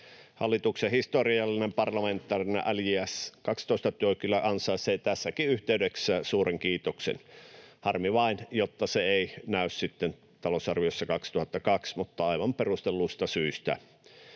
Hallituksen historiallinen parlamentaarinen LJS 12 ‑työ kyllä ansaitsee tässäkin yhteydessä suuren kiitoksen. Harmi vain, että se ei näy sitten talousarviossa 2022, mutta aivan perustelluista syistä.